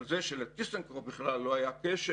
על זה שלטיסנקרופ בכלל לא היה קשר.